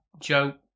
joke